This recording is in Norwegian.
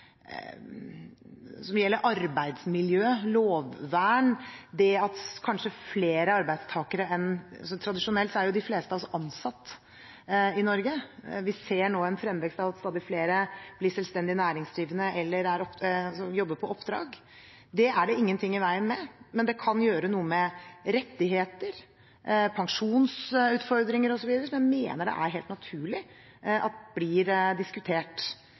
som gjelder arbeidsmiljø, lovvern. I Norge er tradisjonelt sett de fleste arbeidstakere ansatt. Vi ser nå at stadig flere blir selvstendig næringsdrivende eller jobber på oppdrag. Det er det ingenting i veien for, men det kan gjøre noe med rettigheter, pensjonsutfordringer osv., som jeg mener det er helt naturlig blir diskutert.